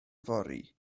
fory